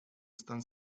están